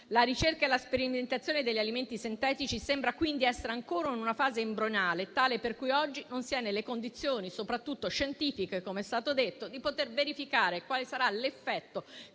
La ricerca e la sperimentazione degli alimenti sintetici sembrano quindi essere ancora in una fase embrionale tale per cui oggi non si è nelle condizioni, soprattutto scientifiche, come è stato detto, di poter verificare quale sarà l'effetto